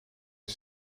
een